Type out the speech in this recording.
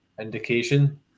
indication